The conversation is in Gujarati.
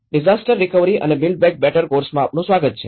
ડિઝાસ્ટર રિકવરી અને બિલ્ડ બેક બેટર કોર્સમા આપનું સ્વાગત છે